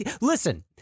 Listen